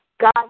God